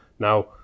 Now